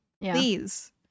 Please